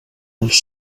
els